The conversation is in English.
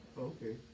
Okay